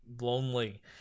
lonely